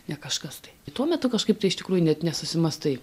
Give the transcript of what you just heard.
ne kažkas tai tuo metu kažkaip tai iš tikrųjų net nesusimąstai